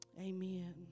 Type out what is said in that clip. amen